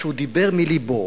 שהוא דיבר מלבו.